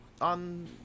on